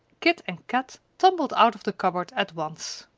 kit and kat tumbled out of the cupboard at once.